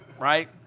right